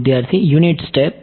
વિદ્યાર્થી unit step